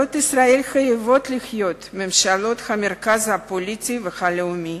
ממשלות ישראל חייבות להיות ממשלות המרכז הפוליטי והלאומי.